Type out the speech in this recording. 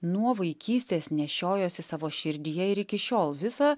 nuo vaikystės nešiojosi savo širdyje ir iki šiol visa